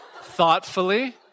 thoughtfully